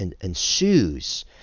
ensues